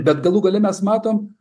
bet galų gale mes matom